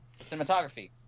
cinematography